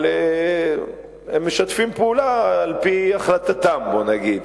אבל הם משתפים פעולה על-פי החלטתם, בוא נגיד,